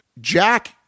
Jack